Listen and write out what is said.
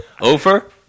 Ofer